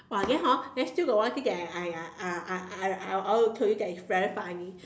!wah! then hor then still got one thing that I I I I I I want to tell you that is very funny